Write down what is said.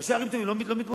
ראשי ערים טובים לא מתמודדים,